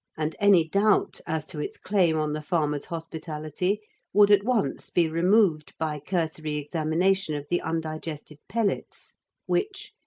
and any doubt as to its claim on the farmer's hospitality would at once be removed by cursory examination of the undigested pellets which,